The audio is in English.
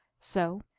so,